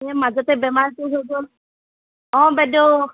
এই মাজতে বেমাৰটো হৈ গ'ল অঁ বাইদেউ